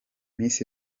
miss